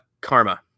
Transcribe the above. karma